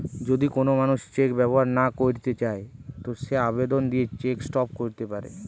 যদি কোন মানুষ চেক ব্যবহার না কইরতে চায় তো সে আবেদন দিয়ে চেক স্টপ ক্যরতে পারে